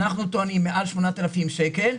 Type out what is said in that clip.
אנחנו טוענים של מעל 8,000 שקלים.